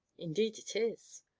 indeed it is!